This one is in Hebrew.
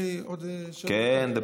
יש לי עוד, כן.